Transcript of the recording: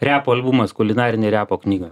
repo albumas kulinarinė repo knyga